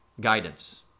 guidance